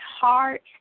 heart